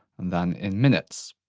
and then in minutes.